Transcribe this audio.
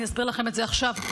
אני אסביר לכם את זה עכשיו.